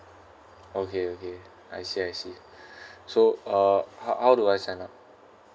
okay okay I see I see so uh how how do I sign up